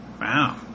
Wow